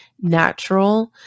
natural